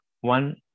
one